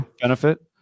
benefit